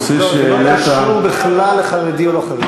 זה לא קשור בכלל לחרדי או לא חרדי.